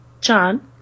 John